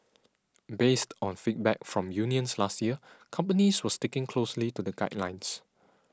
based on feedback from unions last year companies were sticking closely to the guidelines